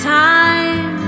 time